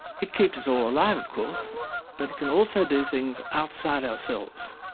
it keeps us all alive, of course but it can also do things outside ourselves.